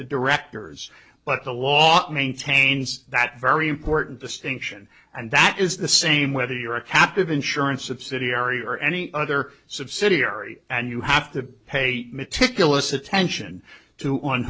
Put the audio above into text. the directors but a lot maintains that very important distinction and that is the same whether you're a captive insurance subsidiary or any other subsidiary and you have to pay meticulous attention to on